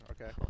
okay